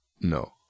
no